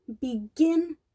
begin